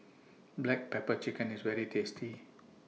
Black Pepper Chicken IS very tasty